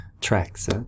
tracks